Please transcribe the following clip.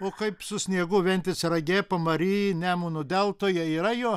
o kaip su sniegu ventės rage pamary nemuno deltoje yra jo